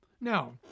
Now